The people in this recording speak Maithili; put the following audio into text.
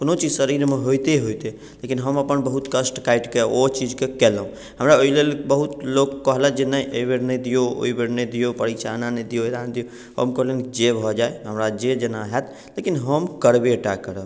कोनो चीज शरीरमे होइते होइते लेकिन हम अपन बहुत कष्ट काटिके ओ चीजके केलहुँ हमरा एहिलेल बहुत लोक कहलक जे नहि एहिबेर नहि दिऔ एहि बेर नहि दिऔ परीक्षा एना नहि दिऔ एना नहि दिऔ हम कहलिअनि जे भऽ जाइ हमरा जे जेना हैत लेकिन हम करबेटा करब